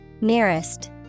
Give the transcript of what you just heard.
Nearest